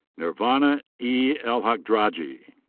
nervana e. el-khadragy.